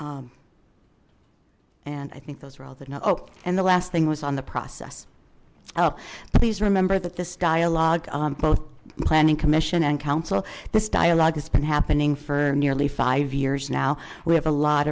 l and i think those are all that know oh and the last thing was on the process oh please remember that this dialogue on both planning commission and council this dialogue has been happening for nearly five years now we have a lot